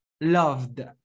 loved